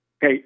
Hey